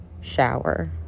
shower